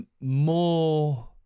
more